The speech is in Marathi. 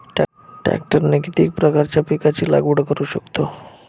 ट्रॅक्टरने किती प्रकारच्या पिकाची लागवड करु शकतो?